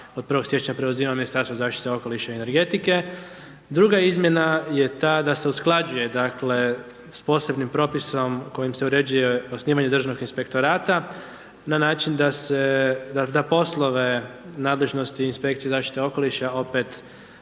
od 1.1. preuzima Ministarstvo zaštite okoliša i energetike. Druga izmjena je ta da se usklađuje dakle, s posebnim propisom, kojim se uređuje osnivanje državnog inspektorat na način da se, da poslove nadležnosti inspekcije zaštite okoliša opet